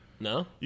No